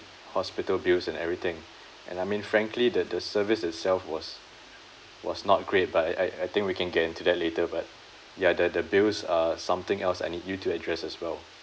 hospital bills and everything and I mean frankly the the service itself was was not great but I I think we can get into that later but ya the the bills uh something else I need you to address as well